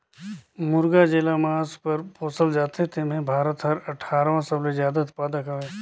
मुरगा जेला मांस बर पोसल जाथे तेम्हे भारत हर अठारहवां सबले जादा उत्पादक हवे